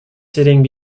sitting